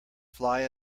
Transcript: fly